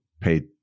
paid